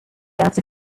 after